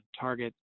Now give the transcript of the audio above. target